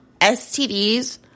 stds